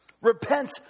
Repent